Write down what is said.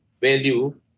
value